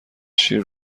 شیر